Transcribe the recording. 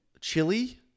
chili